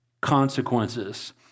consequences